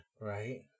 Right